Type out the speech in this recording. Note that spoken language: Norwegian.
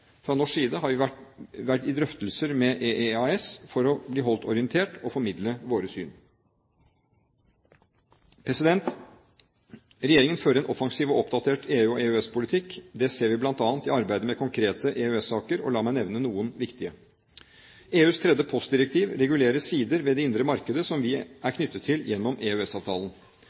Fra norsk side har vi vært i drøftelser med EEAS for å bli holdt orientert og formidle vårt syn. Regjeringen fører en offensiv og oppdatert EU- og EØS-politikk. Det ser vi bl.a. i arbeidet med konkrete EØS-saker, og la meg nevne noen viktige: EUs tredje postdirektiv regulerer sider ved det indre markedet som vi er knyttet til gjennom